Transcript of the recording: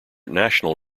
national